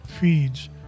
feeds